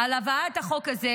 על הבאת החוק הזה.